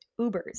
Ubers